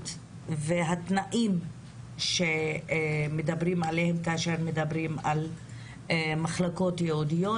והתנאים שמדברים עליהם כאשר מדברים על מחלקות ייעודיות,